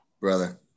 Brother